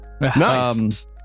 Nice